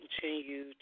continue